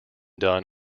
done